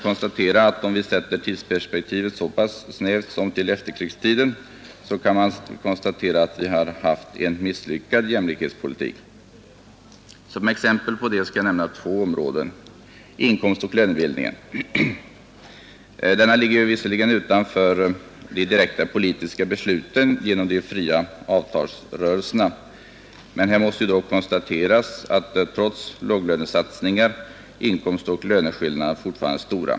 Om tidsperspektivet begränsas till efterkrigstiden har vi till och med haft en misslyckad jämlikhetspolitik. Som exempel på detta kan nämnas inkomstoch lönebildningen. Denna ligger genom de fria avtalsrörelserna på arbetsmarknaden visserligen utanför de direkta politiska besluten, men det måste konstateras att inkomstoch löneskillnaderna trots låglönesatsningar fortfarande är stora.